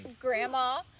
grandma